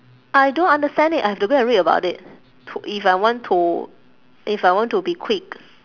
I don't understand it I have to go and read about it to if I want to if I want to be quick